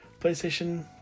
PlayStation